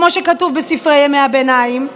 כמו שכתוב בספרי ימי הביניים,